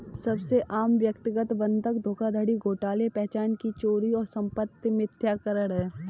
सबसे आम व्यक्तिगत बंधक धोखाधड़ी घोटाले पहचान की चोरी और संपत्ति मिथ्याकरण है